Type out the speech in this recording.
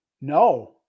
No